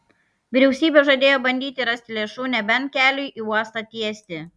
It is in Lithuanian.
vyriausybė žadėjo bandyti rasti lėšų nebent keliui į uostą tiesti